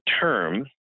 term